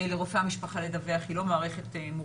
לרופאי המשפחה לדווח היא לא מערכת מורכבת.